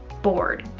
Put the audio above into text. bored,